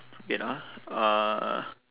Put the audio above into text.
wait ah uh